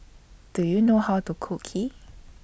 Do YOU know How to Cook Kheer